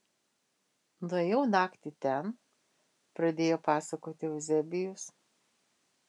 nuėjau naktį ten pradėjo pasakoti euzebijus